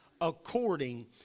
according